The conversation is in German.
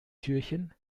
türchen